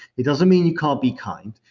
it doesn't mean you can't be kind.